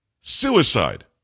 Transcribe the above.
Suicide